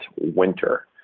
winter